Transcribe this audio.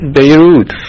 Beirut